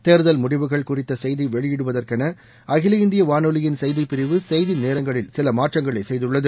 தேர்தல் முடிவுகள் குறித்த செய்தி வெளியிடுவதற்கென அகில இந்திய வானொலியின் செய்தி பிரிவு செய்தி நேரங்களில் சில மாற்றங்களை செய்துள்ளது